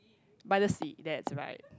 by the see that's right